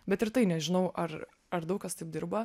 bet ir tai nežinau ar ar daug kas taip dirba